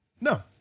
No